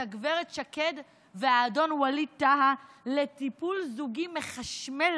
גב' שקד והאדון ווליד טאהא לטיפול זוגי מחשמל,